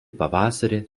pavasarį